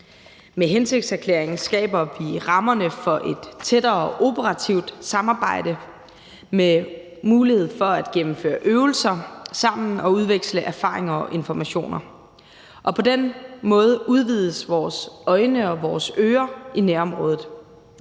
Med hensigtserklæringen skaber vi rammerne for et tættere operativt samarbejde med mulighed for at gennemføre øvelser sammen og udveksle erfaringer og informationer, og på den måde udvides vores øjne og vores ører i nærområdet.